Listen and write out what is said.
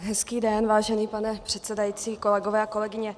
Hezký den, vážený pane předsedající, kolegové, kolegyně.